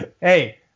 hey